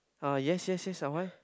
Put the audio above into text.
ah yes yes yes uh why